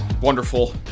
wonderful